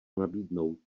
nabídnout